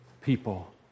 people